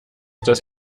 das